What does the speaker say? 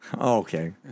Okay